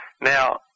Now